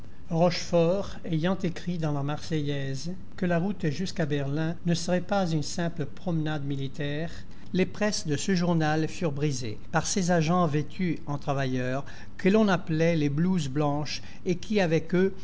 rochefort ayant écrit dans la marseillaise que la route jusqu'à berlin ne serait pas une simple promenade militaire les presses de ce journal furent brisées par ces agents vêtus en travailleurs que l'on appelait les blouses blanches et qui avec eux